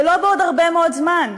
ולא בעוד הרבה מאוד זמן,